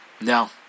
no